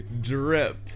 drip